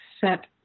set